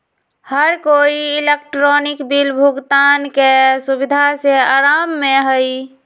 हर कोई electronic bill भुगतान के सुविधा से आराम में हई